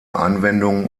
anwendungen